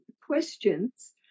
questions